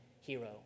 hero